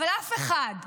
אבל אף אחד,